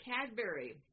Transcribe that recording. Cadbury